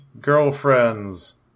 girlfriends